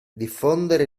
diffondere